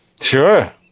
sure